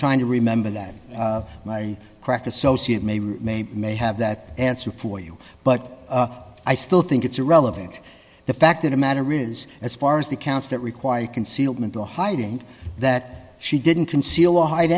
trying to remember that my crack associate may may may have that answer for you but i still think it's irrelevant the fact of the matter is as far as the counts that require concealment or hiding that she didn't conceal or hide